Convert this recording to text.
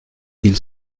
ils